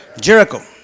Jericho